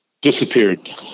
disappeared